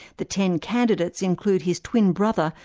the ten candidates include his twin brother,